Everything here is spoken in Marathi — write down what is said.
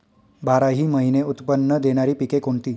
बाराही महिने उत्त्पन्न देणारी पिके कोणती?